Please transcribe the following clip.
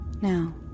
Now